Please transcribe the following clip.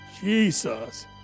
Jesus